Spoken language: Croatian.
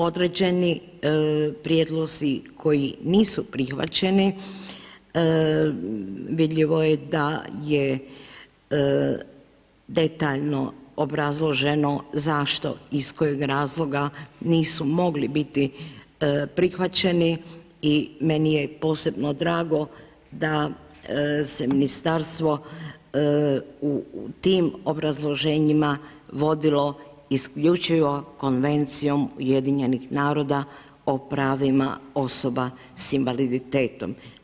Određeni prijedlozi koji nisu prihvaćeni vidljivo je da je detaljno obrazloženo zašto, iz kojeg razloga nisu mogli biti prihvaćeni i meni je posebno drago da se ministarstvo u tim obrazloženjima vodilo isključivo Konvencijom UN-a o pravima osoba s invaliditetom.